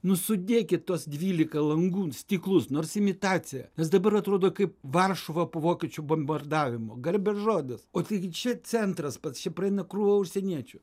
nu sudėkit tuos dvylika langų stiklus nors imitaciją nes dabar atrodo kaip varšuva po vokiečių bombardavimo garbės žodis o taigi čia centras pats čia praeina krūva užsieniečių